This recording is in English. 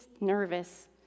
nervous